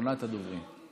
אחרונת הדוברים.